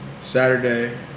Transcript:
Saturday